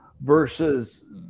versus